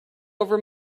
over